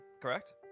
correct